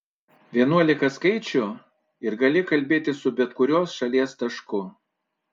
vienuolika skaičių ir gali kalbėti su bet kuriuo šalies tašku